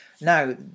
Now